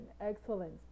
excellent